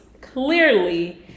clearly